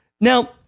Now